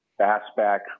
fastback